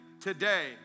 today